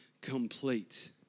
complete